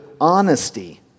honesty